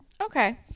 Okay